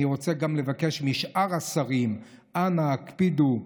אני רוצה גם לבקש משאר השרים: אנא הקפידו,